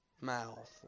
mouth